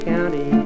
County